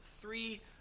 three